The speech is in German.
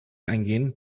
eingehen